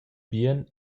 bien